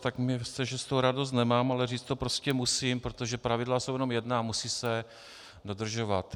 Tak věřte, že z toho radost nemám, ale říct to prostě musím, protože pravidla jsou jenom jedna a musí se dodržovat.